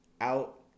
out